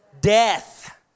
death